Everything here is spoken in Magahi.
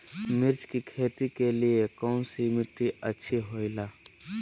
मिर्च की खेती के लिए कौन सी मिट्टी अच्छी होईला?